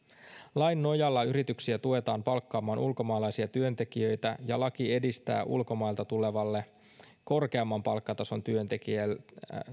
lain nojalla yrityksiä tuetaan palkkaamaan ulkomaalaisia työntekijöitä ja laki edistää ulkomailta tulevalle korkeamman palkkatason työntekijälle